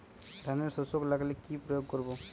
ধানের শোষক লাগলে কি প্রয়োগ করব?